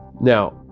Now